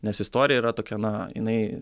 nes istorija yra tokia na jinai